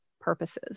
purposes